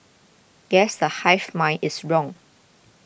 guess the hive mind is wrong